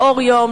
באור יום,